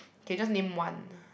okay just name one